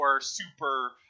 Super